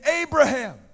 Abraham